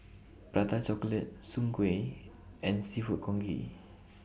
Prata Chocolate Soon Kueh and Seafood Congee